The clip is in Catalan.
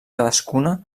cadascuna